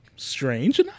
strange